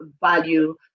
value